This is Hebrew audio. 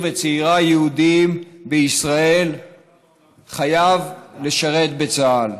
וצעירה יהודים בישראל חייב לשרת בצה"ל.